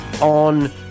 on